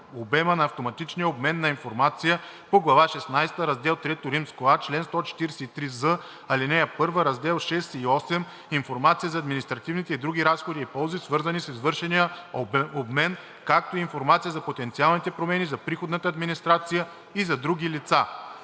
обема на автоматичния обмен на информация по глава шестнадесета, раздел IIIа, чл. 143з, ал. 1, раздел VI и VIII, информация за административните и други разходи и ползи, свързани с извършения обмен, както и информация за потенциалните промени за приходната администрация и за други лица.“